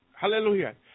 Hallelujah